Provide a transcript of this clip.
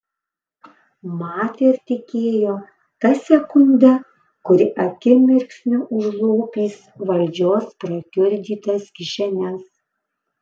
matė ir tikėjo ta sekunde kuri akimirksniu užlopys valdžios prakiurdytas kišenes